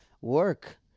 Work